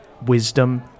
wisdom